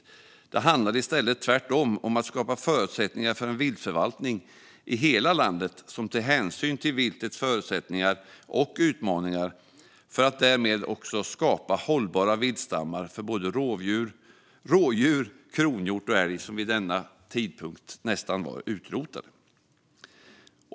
Tvärtom handlade det om att skapa förutsättningar för en viltförvaltning i hela landet som tar hänsyn till viltets förutsättningar och utmaningar för att därmed skapa hållbara viltstammar av rådjur, kronhjort och älg, som vid denna tidpunkt var nästan utrotade.